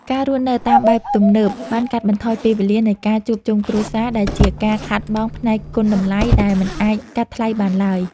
ការរស់នៅតាមបែបទំនើបបានកាត់បន្ថយពេលវេលានៃការជួបជុំគ្រួសារដែលជាការខាតបង់ផ្នែកគុណតម្លៃដែលមិនអាចកាត់ថ្លៃបានឡើយ។